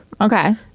Okay